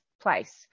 place